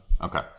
Okay